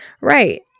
Right